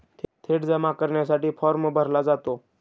थेट जमा करण्यासाठीही फॉर्म भरला जातो